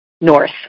north